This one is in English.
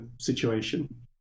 situation